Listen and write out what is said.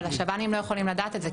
אבל השב"נים לא יכולים לדעת את זה.